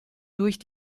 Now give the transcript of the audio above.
durch